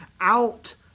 out